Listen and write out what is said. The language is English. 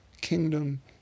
kingdom